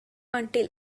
until